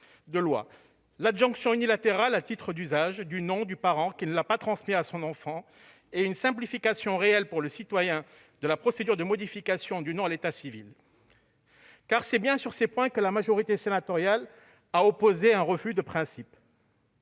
texte : l'adjonction unilatérale, à titre d'usage, du nom du parent qui n'a pas transmis le sien, et une simplification réelle pour le citoyen de la procédure de modification du nom à l'état civil. C'est bien sur ces points que la majorité sénatoriale a opposé un refus de principe.